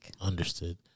Understood